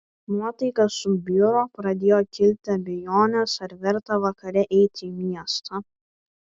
nuotaika subjuro pradėjo kilti abejonės ar verta vakare eiti į miestą